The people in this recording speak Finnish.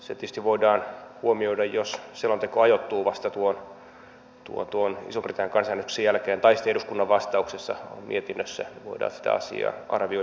se tietysti voidaan huomioida jos selonteko ajoittuu vasta tuon ison britannian kansanäänestyksen jälkeen tai sitten eduskunnan vastauksessa mietinnössä voidaan sitä asiaa arvioida